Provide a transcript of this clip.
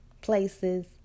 places